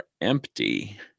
empty